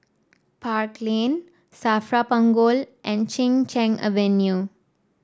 Park Lane Safra Punggol and Chin Cheng Avenue